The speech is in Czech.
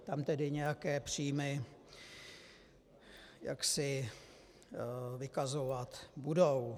Tam tedy nějaké příjmy vykazovat budou.